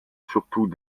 surtout